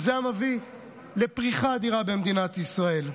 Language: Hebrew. וזה היה מביא לפריחה אדירה במדינת ישראל.